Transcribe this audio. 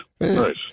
Nice